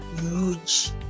huge